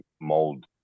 mold